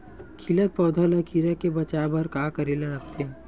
खिलत पौधा ल कीरा से बचाय बर का करेला लगथे?